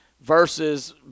versus